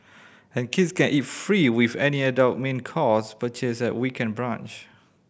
and kids can eat free with any adult main course purchase at weekend brunch